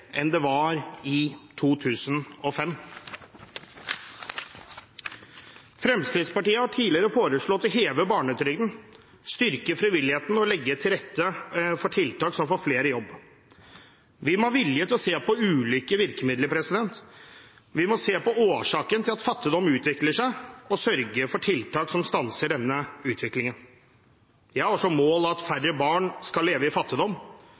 enn det var i 2005. Fremskrittspartiet har tidligere foreslått å heve barnetrygden, styrke frivilligheten og legge til rette for tiltak som får flere i jobb. Vi må ha vilje til å se på ulike virkemidler, vi må se på årsaken til at fattigdom utvikler seg, og sørge for tiltak som stanser denne utviklingen. Jeg har som mål at færre barn skal leve i fattigdom,